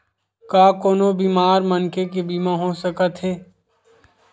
का कोनो बीमार मनखे के बीमा हो सकत हे?